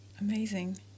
Amazing